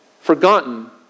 forgotten